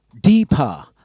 deeper